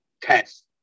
test